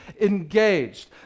engaged